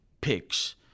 picks